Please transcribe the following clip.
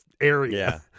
area